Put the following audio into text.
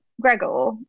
Gregor